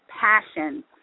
passion